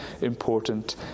important